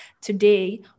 today